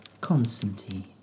Constantine